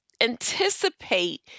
anticipate